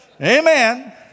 Amen